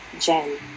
Jen